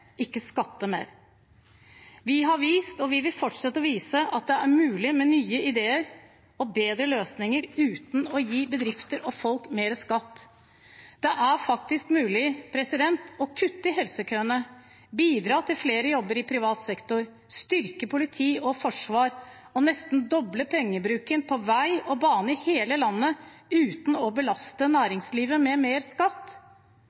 ikke skatte mer. Vi har vist, og vi vil fortsette å vise, at det er mulig med nye ideer og bedre løsninger uten å gi bedrifter og folk mer skatt. Det er faktisk mulig å kutte i helsekøene, bidra til flere jobber i privat sektor, styrke politi og forsvar og nesten doble pengebruken på vei og bane i hele landet uten å belaste næringslivet med mer skatt.